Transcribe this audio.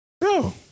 No